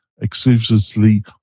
exclusively